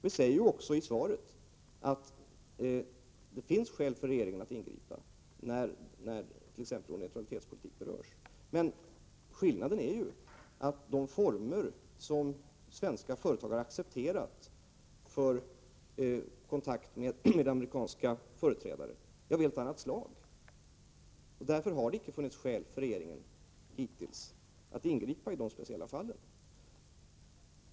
Jag säger också i svaret att det finns skäl för regeringen att ingripa när t.ex. vår neutralitetspolitik berörs, men skillnaden är att de former som svenska företag har accepterat för kontakt med amerikanska företrädare är av ett helt annat slag. Därför har det hittills icke funnits skäl för regeringen att ingripa i de speciella fallen.